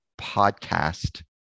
podcast